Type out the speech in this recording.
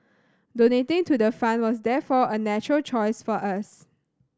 donating to the fund was therefore a natural choice for us